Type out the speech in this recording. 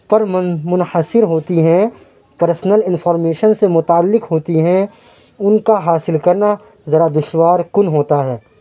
پر من منحصر ہوتی ہیں پرسنل انفارمیشن سے متعلق ہوتی ہیں اُن کا حاصل کرنا ذرا دشوار کُن ہوتا ہے